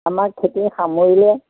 আমাৰ খেতি সামৰিলে